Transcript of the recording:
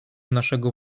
naszego